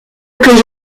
que